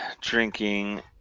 drinking